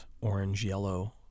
orange-yellow